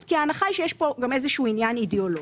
כי ההנחה היא שיש כאן גם איזשהו עניין אידיאולוגי.